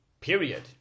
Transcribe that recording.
Period